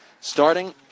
starting